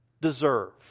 deserve